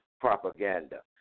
propaganda